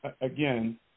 Again